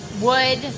wood